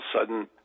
sudden